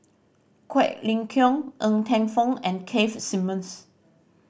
Quek Ling Kiong Ng Teng Fong and Keith Simmons